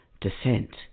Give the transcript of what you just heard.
descent